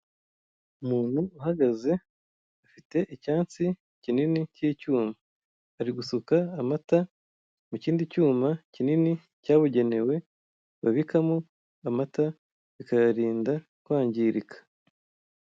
Umuntu uhahagaze ufite icyansi kinini k'icyuma ari gusuka amata mu kindi cyuma kinini cyabugenewe babikamo amata bikayarinda kwangirika.